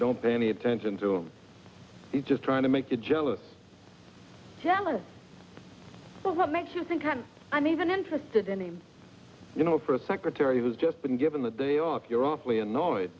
don't pay any attention to him he's just trying to make you jealous jealous but what makes you think i'm even interested in him you know for a secretary who has just been given the day off you're awfully annoyed